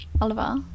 Oliver